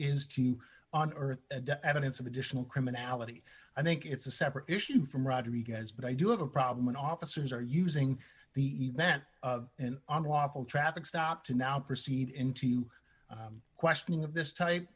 is to on earth evidence of additional criminality i think it's a separate issue from rodriguez but i do have a problem when officers are using the event of an unlawful traffic stop to now proceed into questioning of this type